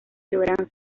logran